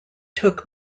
took